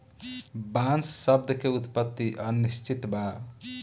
बांस शब्द के उत्पति अनिश्चित बा